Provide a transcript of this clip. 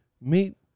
Meet